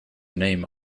name